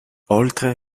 oltre